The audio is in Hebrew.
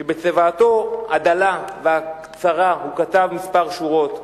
שבצוואתו הדלה והקצרה הוא כתב כמה שורות: